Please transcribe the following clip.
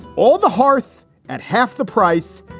all the hearth at half the price.